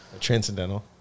Transcendental